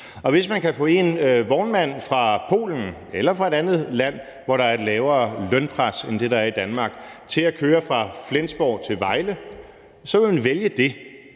hvis man kan få en vognmand fra Polen eller fra et andet land, hvor der er et lavere lønpres end det, der er i Danmark, til at køre fra Flensborg til Vejle, så vil man vælge det